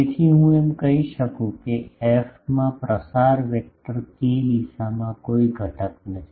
તેથી હું એમ કહી શકું છું કે એફમાં પ્રસાર વેક્ટર k દિશામાં કોઈ ઘટક નથી